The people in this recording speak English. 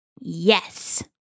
Yes